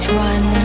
run